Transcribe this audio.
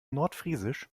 nordfriesisch